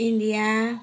India